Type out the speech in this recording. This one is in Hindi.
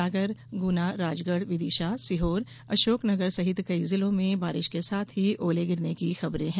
सागर गुना राजगढ़ विदिशा सीहोर अशोकनगर सहित कई जिलों में बारिश के साथ ही ओले गिरने की खबरे है